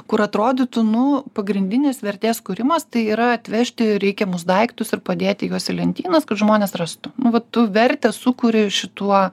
kur atrodytų nu pagrindinis vertės kūrimas tai yra atvežti reikiamus daiktus ir padėti juos į lentynas kad žmonės rastų nu va tu vertę sukuri šituo